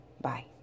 Bye